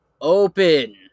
open